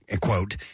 quote